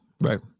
Right